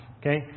Okay